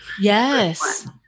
Yes